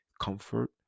comfort